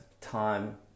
time